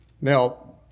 Now